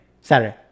Saturday